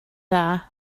dda